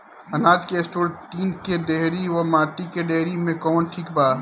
अनाज के store tin के डेहरी व माटी के डेहरी मे कवन ठीक बा?